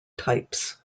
types